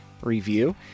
review